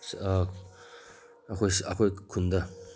ꯑꯩꯈꯣꯏ ꯈꯨꯟꯗ